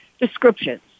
descriptions